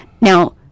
Now